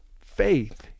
faith